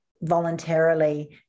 voluntarily